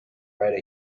write